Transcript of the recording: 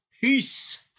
Peace